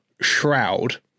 Shroud